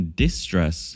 distress